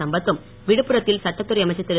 சம்பத்தும் விழுப்புரத்தில் சட்டத்துறை அமைச்சர் திரு